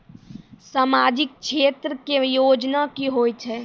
समाजिक क्षेत्र के योजना की होय छै?